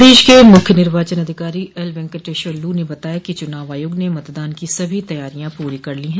प्रदेश के मुख्य निर्वाचन अधिकारी एलवेंकटेश्वर लू ने बताया कि चुनाव आयोग ने मतदान की सभी तैयारियां पूरी कर ली है